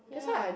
ya